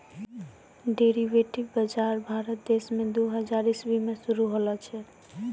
derivative बजार भारत देश मे दू हजार इसवी मे शुरू होलो छै